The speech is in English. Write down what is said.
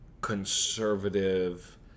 conservative